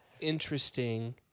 interesting